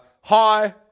hi